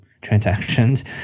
transactions